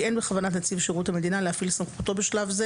אין בכוונת נציב שירות המדינה להפעיל סמכותו בשלב זה